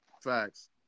Facts